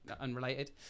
unrelated